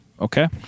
Okay